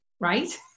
Right